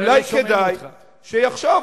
אולי כדאי שיחשוב,